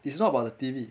it's not about the T_V